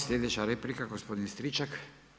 Slijedeća replika gospodin Stričak.